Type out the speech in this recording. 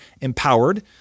empowered